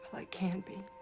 can be,